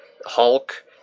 Hulk